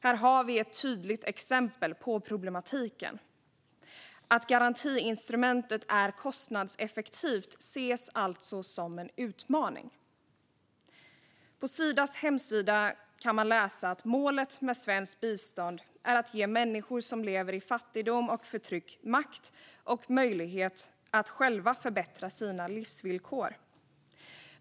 Här har vi ett tydligt exempel på problematiken - att garantiinstrumentet är kostnadseffektivt ses alltså som en utmaning. På Sidas hemsida kan man läsa att målet med svenskt bistånd är att ge människor som lever i fattigdom och förtryck makt och möjlighet att själva förbättra sina livsvillkor.